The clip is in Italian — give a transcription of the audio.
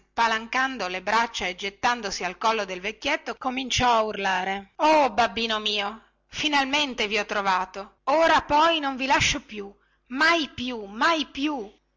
e spalancando le braccia e gettandosi al collo del vecchietto cominciò a urlare oh babbino mio finalmente vi ho ritrovato ora poi non vi lascio più mai più mai più